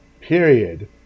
period